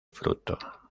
fruto